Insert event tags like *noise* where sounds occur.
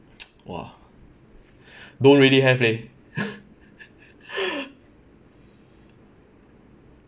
*noise* !wah! don't really have leh *laughs*